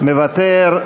מוותר.